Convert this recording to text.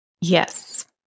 Yes